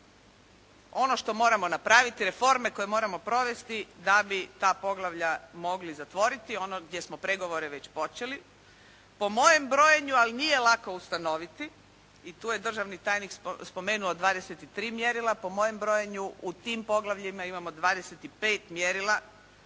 ono što moramo napraviti, reforme koje moramo provesti da bi ta poglavlja mogli zatvoriti, ono gdje smo pregovore već počeli po mojem brojenju ali nije lako ustanoviti i tu je državni tajnik spomenuo 23 mjerila. Po mojem brojenju u tim poglavljima imamo 25 mjerila